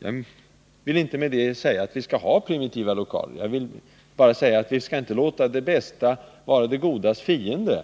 Jag vill därmed inte säga att vi skall ha primitiva lokaler utan bara att vi inte skall låta det bästa vara det godas fiende,